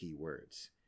keywords